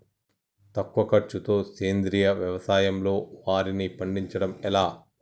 తక్కువ ఖర్చుతో సేంద్రీయ వ్యవసాయంలో వారిని పండించడం ఎలా?